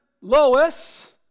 Lois